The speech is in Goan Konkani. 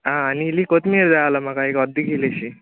आं आनी इली कोतमीर जाय आसली म्हाका एक अर्द कील एशी